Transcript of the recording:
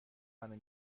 منو